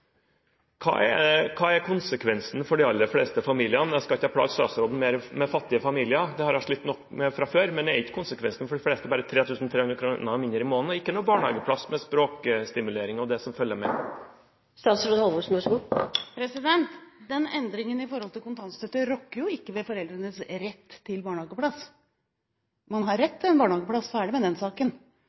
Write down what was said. Hva er konsekvensen for de aller fleste familiene? Nå skal jeg ikke plage statsråden mer med fattige familier – det har hun slitt nok med før. Men er ikke konsekvensene for de fleste av dem 3 300 kr mindre i måneden, og ikke noen barnehageplass med språkstimulering og det som følger med? Endringen i kontantstøtten rokker ikke ved foreldrenes rett til barnehageplass. Man har rett til en barnehageplass – ferdig med den saken!